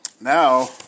now